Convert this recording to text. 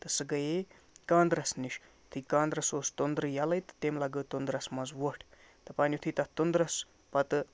تہٕ سُہ گٔیے کانٛدرَس نِش تہِ یہِ کانٛدرَس اوس توٚنٛدرٕ یَلَے تہٕ تٔمۍ لَگٲو توٚنٛدرَس منٛز وۄٹھ دَپان یُتھُے تَتھ توٚنٛدرَس پَتہٕ